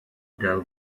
del